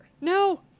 No